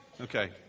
Okay